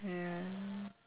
ya